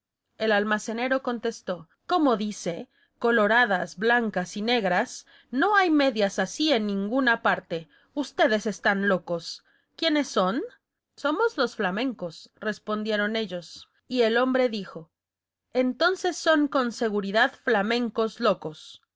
el almacenero contestó cómo dice coloradas blancas y negras no hay medias así en ninguna parte ustedes están locos quiénes son somos los flamencos respondieron ellos y el hombre dijo entonces son con seguridad flamencos locos